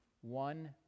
one